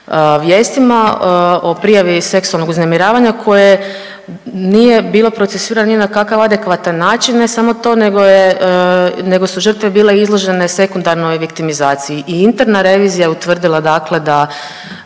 vijestima o prijavi seksualnog uznemiravanja koje nije bilo procesuirano ni na kakav adekvatan način ne samo to nego je, nego su žrtve bile izložene sekundarnoj viktimizaciji. I interna revizija je utvrdila dakle da